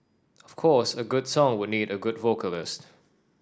of course a good song would need a good vocalist